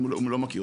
אם הוא לא מכיר,